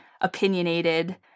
opinionated